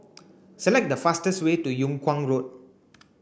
select the fastest way to Yung Kuang Road